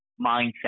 mindset